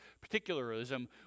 particularism